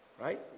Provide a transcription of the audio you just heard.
right